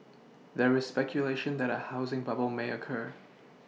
there is speculation that a housing bubble may occur